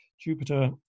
Jupiter